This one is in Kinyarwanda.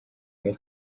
umwe